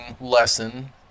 lesson